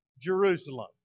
Jerusalem